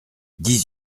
dix